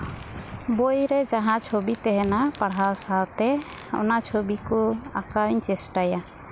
ᱵᱳᱭ ᱨᱮ ᱡᱟᱦᱟᱸ ᱪᱷᱚᱵᱤ ᱛᱟᱦᱮᱱᱟ ᱯᱟᱲᱦᱟᱣ ᱥᱟᱶᱛᱮ ᱚᱱᱟ ᱪᱷᱚᱵᱤ ᱠᱚ ᱟᱸᱠᱟᱣ ᱤᱧ ᱪᱮᱥᱴᱟᱭᱟ